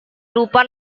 lupa